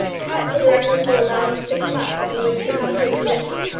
perhaps the directors will allow me six months in which to come to a decision,